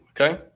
okay